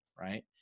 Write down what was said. Right